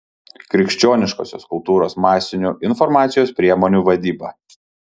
krikščioniškosios kultūros masinių informacijos priemonių vadyba